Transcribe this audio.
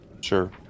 sure